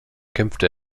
kämpfte